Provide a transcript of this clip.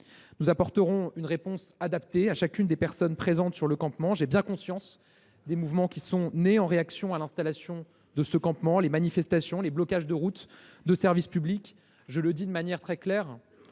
Nous apporterons une réponse adaptée à chacune des personnes présentes sur le campement. J’ai bien conscience que des mouvements sont nés en réaction à l’installation de celui ci, sous forme de manifestations, de blocages de route et de services publics. Je le dis clairement, le